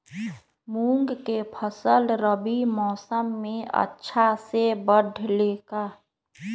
मूंग के फसल रबी मौसम में अच्छा से बढ़ ले का?